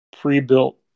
pre-built